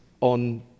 on